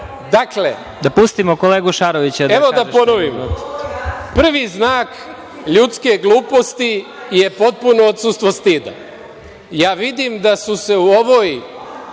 ima.)Evo, da ponovim. Prvi znak ljudske gluposti je potpuno odsustvo stida. Ja vidim da su se u ovoj